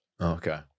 Okay